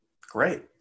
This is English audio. Great